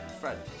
Friend